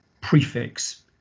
prefix